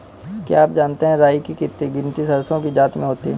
क्या आप जानते है राई की गिनती सरसों की जाति में होती है?